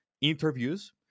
interviews